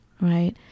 right